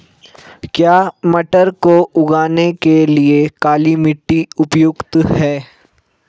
क्या मटर को उगाने के लिए काली मिट्टी उपयुक्त है?